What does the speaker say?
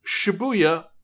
Shibuya